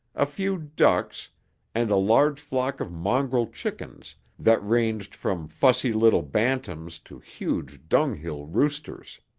a few ducks and a large flock of mongrel chickens that ranged from fussy little bantams to huge dunghill roosters.